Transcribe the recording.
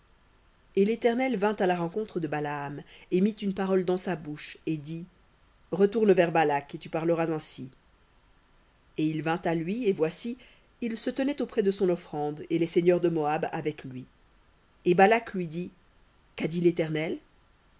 et l'éternel vint à la rencontre de balaam et mit une parole dans sa bouche et dit retourne vers balak et tu parleras ainsi et il vint à lui et voici il se tenait auprès de son offrande et les seigneurs de moab avec lui et balak lui dit qu'a dit l'éternel